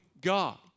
God